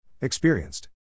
Experienced